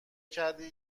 کردی